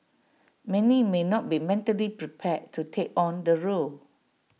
many may not be mentally prepared to take on the role